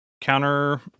counter